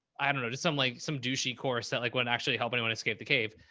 i don't know, just some like some douchey core set, like what actually helped anyone escape the cave,